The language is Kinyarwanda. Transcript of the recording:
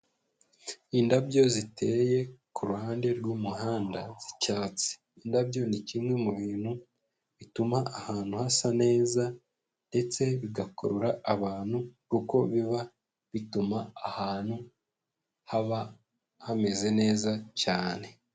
Indabyo ziteye ku ruhande rw'umuhanda z'icyatsi. Indabyo ni kimwe mu bintu bituma ahantu hasa neza ndetse bigakurura abantu kuko biba bituma ahantu haba hameze neza cyane.